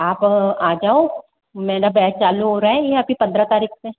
आप जाओ मेरा बैच चालू हो रहा है ये अभी पंद्रह तारिख से